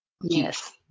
Yes